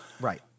Right